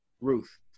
Ruth